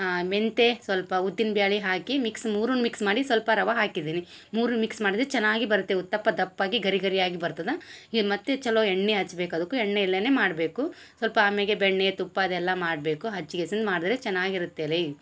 ಮೆಂತೆ ಸೊಲ್ಪ ಉದ್ದಿನ ಬ್ಯಾಳೆ ಹಾಕಿ ಮಿಕ್ಸ್ ಮೂರನ್ನು ಮಿಕ್ಸ್ ಮಾಡಿ ಸ್ವಲ್ಪ ರವ ಹಾಕಿದ್ದೀನಿ ಮೂರನ್ನು ಮಿಕ್ಸ್ ಮಾಡ್ದ್ರೆ ಚೆನ್ನಾಗಿ ಬರುತ್ತೆ ಉತ್ತಪ್ಪ ದಪ್ಪಗೆ ಗರಿ ಗರಿಯಾಗಿ ಬರ್ತದ ಹೇ ಮತ್ತು ಚಲೊ ಎಣ್ಣೆ ಹಚ್ಬೇಕು ಅದಕ್ಕು ಎಣ್ಣೆ ಇಲ್ಲೇನೆ ಮಾಡಬೇಕು ಸ್ವಲ್ಪ ಆಮ್ಯಾಗೆ ಬೆಣ್ಣೆ ತುಪ್ಪ ಅದೆಲ್ಲ ಮಾಡಬೇಕು ಹಚ್ಗೆಸಿಂದ ಮಾಡ್ದ್ರೆ ಚೆನ್ನಾಗಿರುತ್ತೆಲೆ